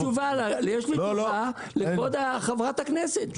יש לי תשובה לכבוד חברת הכנסת.